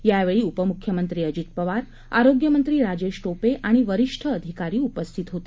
यावेळी उपमुख्यमंत्री अजित पवार आरोग्यमंत्री राजेश टोपे आणि वरीष्ठ अधिकारी उपस्थित होते